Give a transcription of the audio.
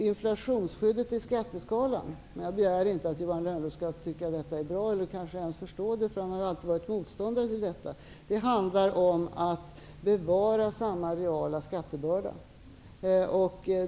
Inflationsskyddet i skatteskalan handlar om att bevara samma reala skattebörda. Men jag begär inte att Johan Lönnroth skall tycka att detta är bra eller ens förstå det, eftersom han alltid har varit motståndare till detta.